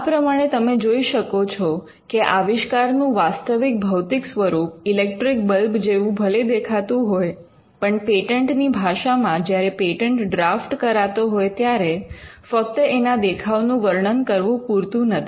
આ પ્રમાણે તમે જોઈ શકો છો કે આવિષ્કારનું વાસ્તવિક ભૌતિક સ્વરૂપ ઇલેક્ટ્રિક બલ્બ જેવું ભલે દેખાતું હોય પણ પેટન્ટની ભાષામાં જ્યારે પેટન્ટ ડ્રાફ્ટ કરાતો હોય ત્યારે ફક્ત એના દેખાવનું વર્ણન કરવું પૂરતું નથી